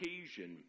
occasion